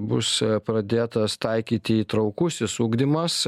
bus pradėtas taikyti įtraukusis ugdymas